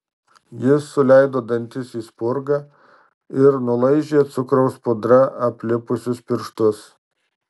ji suleido dantis į spurgą ir nulaižė cukraus pudra aplipusius pirštus